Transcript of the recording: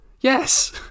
Yes